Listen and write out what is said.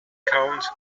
count